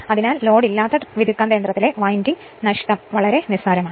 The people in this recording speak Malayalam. അതിനാൽ ലോഡ് ഇല്ലാത്ത ട്രാൻസ്ഫോർമറിലെ വിൻഡിംഗ് നഷ്ടം നിസാരമാണ്